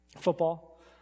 Football